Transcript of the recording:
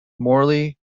morley